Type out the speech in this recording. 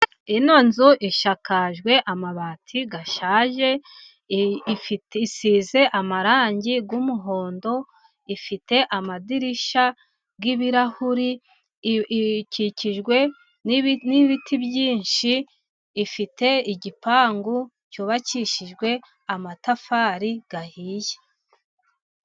Ino nzu ishakakajwe amabati ashaje, isize amarangi y'umuhondo, ifite amadirishya y'ibirahuri, ikikijwe n'ibiti byinshi, ifite igipangu cyubakishijwe amatafari ahiye.